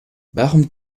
warum